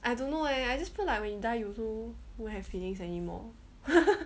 I don't know eh I just feel like when you die you also won't have feelings anymore